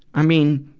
i mean,